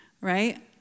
right